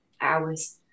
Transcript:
hours